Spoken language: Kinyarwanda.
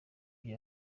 vya